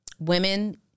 Women